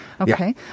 Okay